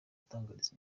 atangariza